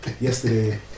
yesterday